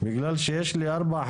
בגלל שיש לי ארבעה,